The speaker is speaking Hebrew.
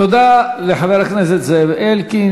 תודה לחבר הכנסת זאב אלקין,